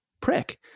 prick